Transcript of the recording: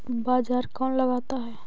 बाजार कौन लगाता है?